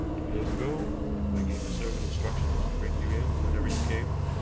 two days ago i gave the servant instructions to bring you in whenever you came.